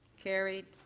carried.